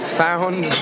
found